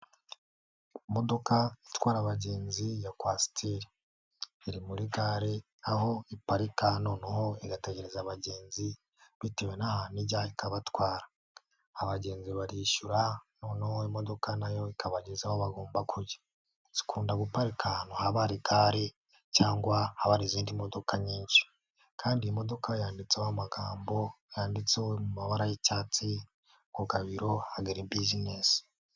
Imodoka itwara abagenzi ya kwasiteri. Iri muri gare aho iparirika noneho igategereza abagenzi, bitewe n'ahantu ijya ikabatwara. Abagenzi barishyura noneho imodoka nayo ikabageza aho bagomba kujya. Zikunda guparika ahantu haba hari gare cyangwa haba hari izindi modoka nyinshi. Kandi iyi modoka yanditseho amagambo yanditseho mu mabara y'icyatsi, ngo Gabiro Agribusiness.